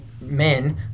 men